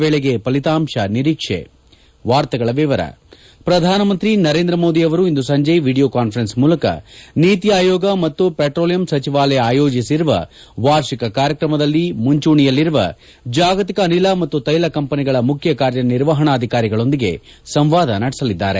ವೇಳೆಗೆ ಫಲಿತಾಂಶ ನಿರೀಕ್ಷೆ ಪ್ರಧಾನಮಂತ್ರಿ ನರೇಂದ್ರ ಮೋದಿ ಇಂದು ಸಂಜೆ ವಿಡಿಯೋ ಕಾನ್ಬರೆನ್ಸ್ ಮೂಲಕ ನೀತಿ ಆಯೋಗ ಮತ್ತು ಪೆಟ್ರೋಲಿಯಂ ಸಚಿವಾಲಯ ಆಯೋಜಿಸಿರುವ ವಾರ್ಷಿಕ ಕಾರ್ಯಕ್ರಮದಲ್ಲಿ ಮುಂಚೂಣಿಯಲ್ಲಿರುವ ಜಾಗತಿಕ ಅನಿಲ ಮತ್ತು ತ್ವೆಲ ಕಂಪನಿಗಳ ಮುಖ್ಯ ಕಾರ್ಯನಿರ್ವಹಣಾಧಿಕಾರಿಗಳೊಂದಿಗೆ ಸಂವಾದ ನಡೆಸಲಿದ್ದಾರೆ